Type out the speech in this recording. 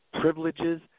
privileges